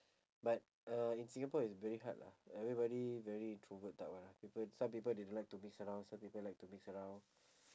but uh in singapore is very hard lah everybody very introvert type [one] ah people some people they don't like to mix around some people like to mix around